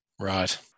Right